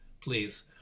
please